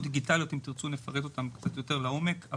דיגיטליות ואם תרצו נפרט אותם קצת יותר לעומק.